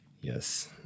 Yes